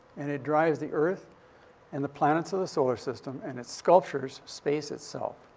and it drives the earth and the planets of the solar system. and it sculptures space itself.